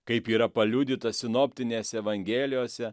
kaip yra paliudyta sinoptinėse evangelijose